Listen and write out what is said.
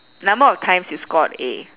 number of times you scored A